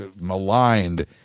maligned